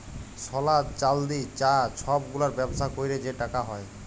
সলা, চাল্দি, চাঁ ছব গুলার ব্যবসা ক্যইরে যে টাকা হ্যয়